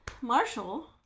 Marshall